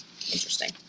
Interesting